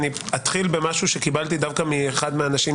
אני אתחיל במשהו שקיבלתי דווקא מאחד מאנשים